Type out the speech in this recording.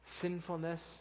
sinfulness